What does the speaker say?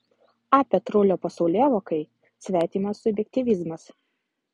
a petrulio pasaulėvokai svetimas subjektyvizmas